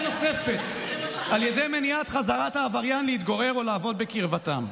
נוספת על ידי מניעת חזרת העבריין להתגורר או לעבוד בקרבתם.